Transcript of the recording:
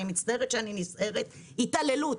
אני מצטערת שאני נסערת התעללות,